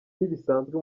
ntibisanzwe